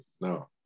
No